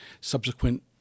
subsequent